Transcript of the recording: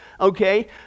okay